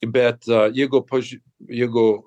bet jeigu pavyzdžiui jeigu